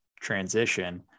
transition